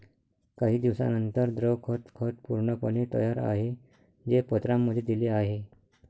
काही दिवसांनंतर, द्रव खत खत पूर्णपणे तयार आहे, जे पत्रांमध्ये दिले आहे